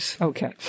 Okay